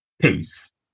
peace